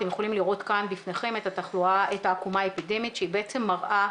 אתם יכולים לראות כאן בפניכם את העקומה האפידמית שהיא בעצם מראה